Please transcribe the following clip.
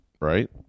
right